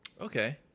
Okay